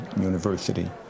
University